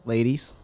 Ladies